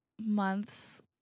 months